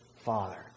father